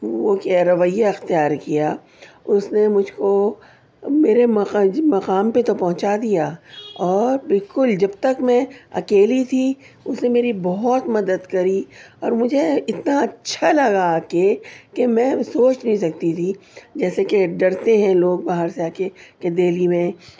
وہ کیا رویہ اختیار کیا اس نے مجھ کو میرے مقام جی مقام پہ تو پہنچا دیا اور بالکل جب تک میں اکیلی تھی اس نے میری بہت مدد کری اور مجھے اتنا اچھا لگا کہ کہ میں سوچ نہیں سکتی تھی جیسے کہ ڈرتے ہیں لوگ باہر سے آ کے کہ دہلی میں